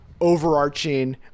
overarching